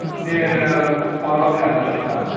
तूं ते पोरवा बी हाडूंक शकतां